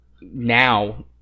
now